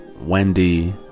wendy